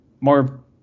more